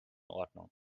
ordnung